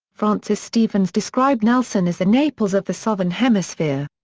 francis stevens described nelson as the naples of the southern hemisphere.